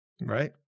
Right